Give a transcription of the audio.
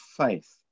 faith